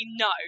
No